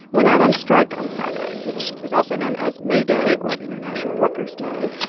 went out on strike on friday, which is also known as may day or international workers day.